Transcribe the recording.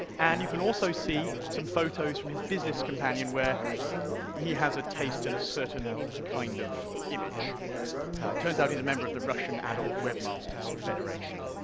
and you can also see some photos from his business companion where he has a taste in a certain kind of image. it turns out he's a member of the russian adult webmasters federation.